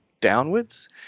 downwards